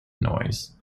noise